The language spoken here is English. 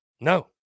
No